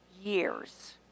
years